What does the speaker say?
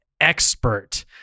expert